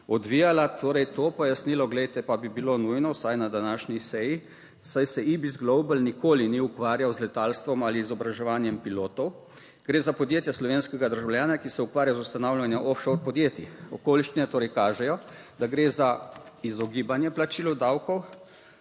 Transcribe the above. odvijala, torej to pojasnilo, glejte, pa bi bilo nujno vsaj na današnji seji, saj se IBIS Global nikoli ni ukvarjal z letalstvom ali izobraževanjem pilotov. Gre za podjetje slovenskega državljana, ki se ukvarja z ustanavljanjem "offshore" podjetij. Okoliščine torej kažejo, da gre za izogibanje plačilu davkov,